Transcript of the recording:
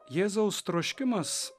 jėzaus troškimas